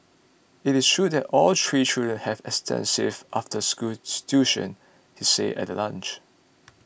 it is true that all three children have extensive after school tuition he said at the launch